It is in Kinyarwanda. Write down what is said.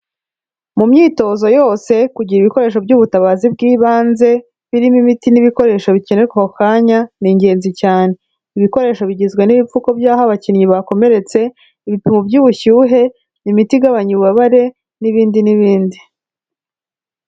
Mu myitozo yose, kugira ibikoresho by'ubutabazi bw'ibanze, birimo imiti n'ibikoresho bikenerwa ako kanya, ni ingenzi cyane. Ibikoresho bigizwe n'ibipfuku by'aho abakinnyi bakomeretse, ibipimo by'ubushyuhe, imiti igabanya ububabare n'ibindi n'ibindi.